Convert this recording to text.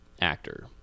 actor